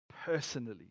personally